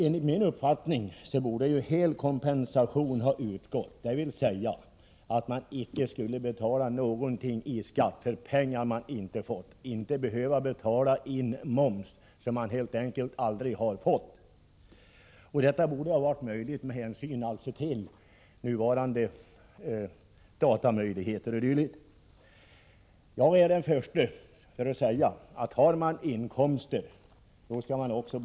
Enligt min uppfattning borde hel kompensation ha utgått, dvs. man borde icke behöva betala skatt för pengar som man icke har fått. Detta borde ha varit möjligt med tanke på nuvarande resurser med datateknik o. d. Jag är den förste att säga att man skall betala skatt om man har inkomster.